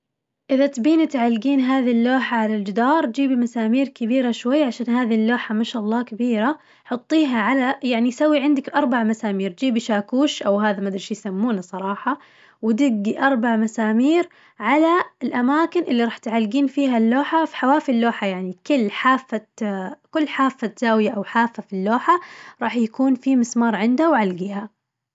إذا تبين تعلقين هذي اللوحة على الجدار جيبي مسامير كبيرة شوي عشان هذي اللوحة ما شاء الله كبيرة، حطيها على يعني سوي عندك أربع مسامير جيبي شاكوش أو هذا ما أدري شو يسمونه صراحة، ودقي أربع مسامير على الأماكن اللي راح تعلقين فيها اللوحة في حواف اللوحة يعني كل حافة كل حافة زاوية أو حافة في اللوحة، راح يكون في مسمار عندها وعلقيها.